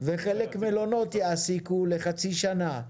וחלק ממורי הדרך מלונות יעסיקו למשך חצי שנה.